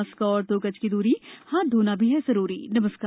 mask और दो गज की दूरी हाथ धोना भी है जरुरी नमस्कार